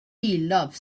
loves